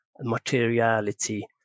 materiality